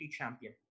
champion